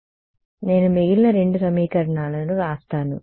కాబట్టి నేను మిగిలిన రెండు సమీకరణాలను వ్రాస్తాను